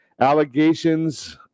Allegations